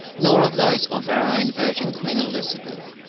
nor of those of our own virgin queen elizabeth,